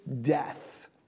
death